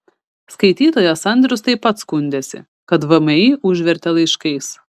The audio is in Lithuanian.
skaitytojas andrius taip pat skundėsi kad vmi užvertė laiškais